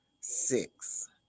six